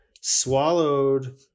swallowed